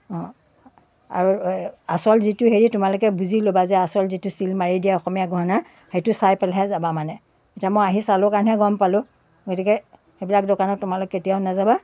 অঁ আৰু আচল যিটো হেৰি তোমালোকে বুজি ল'বা যে আচল যিটো চিল মাৰি দিয়ে অসমীয়া গহণাৰ সেইটো চাই পেলাইহে যাবা মানে এতিয়া মই আহি চালোঁ কাৰণেহে গ'ম পালোঁ গতিকে সেইবিলাক দোকানত তোমালোক কেতিয়াও নাযাবা